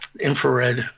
infrared